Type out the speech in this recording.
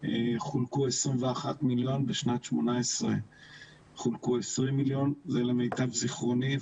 חולקו 21,000,000. בשנת 2018 חולקו 20,000,000. זה למיטב זכרוני.